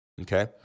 okay